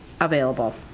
available